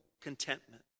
contentment